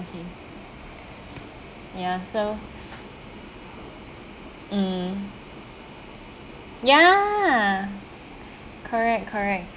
okay ya so mm ya correct correct